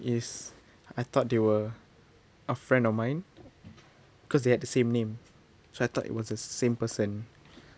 is I thought they were a friend of mine cause they had the same name so I thought it was the same person